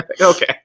Okay